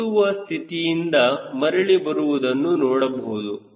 ನೀವು ಸುತ್ತುವ ಸ್ಥಿತಿಯಿಂದ ಮರಳಿ ಬರುವುದನ್ನು ನೋಡಬಹುದು